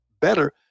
better